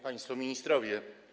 Państwo Ministrowie!